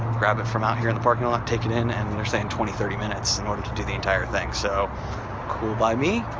grab it from out here in the parking lot, take it in and and they're saying twenty, thirty minutes do the entire thing, so cool by me.